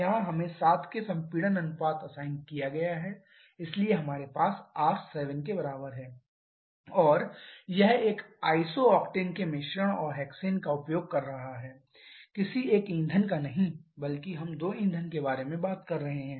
यहां हमें 7 के संपीड़न अनुपात असाइन किया गया है इसलिए हमारे पास है r 7 और यह एक आइसोऑक्टेन के मिश्रण और हेक्सेन का उपयोग कर रहा है किसी एक ईंधन का नहीं बल्कि हम दो ईंधन के बारे में बात कर रहे हैं